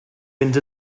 mynd